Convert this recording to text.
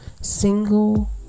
single